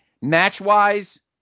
match-wise